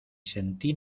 sentí